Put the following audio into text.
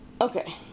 Okay